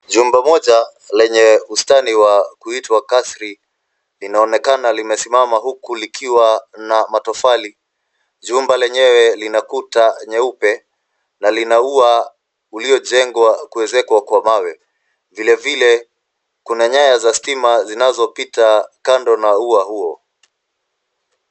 Jumba moja lenye ustani wa kuitwa kasri linaonekana limesimama huku likiwa na matofali. Jumba lenyewe lina kuta nyeupe na lina ua uliojengwa kuezekwa kwa mawe. Vilevile kuna nyaya za stima zinazopita kando na ua huo.